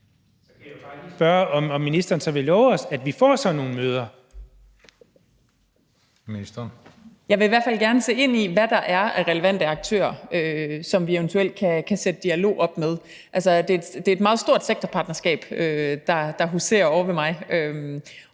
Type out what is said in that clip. hvert fald gerne se ind i, hvad der er af relevante aktører, som vi eventuelt kan sætte dialog op med. Altså, det er et meget stort sektorpartnerskab, der huserer ovre ved mig,